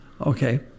Okay